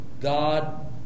God